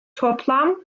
toplam